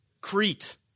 Crete